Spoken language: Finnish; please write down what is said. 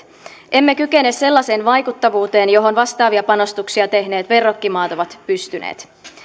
emme kykene sellaiseen vaikuttavuuteen johon vastaavia panostuksia tehneet verrokkimaat ovat pystyneet